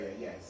yes